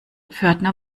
pförtner